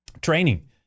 training